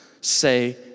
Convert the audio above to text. say